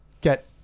get